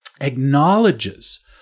acknowledges